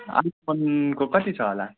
आइफोनको कति छ होला